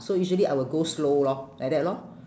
so usually I will go slow lor like that lor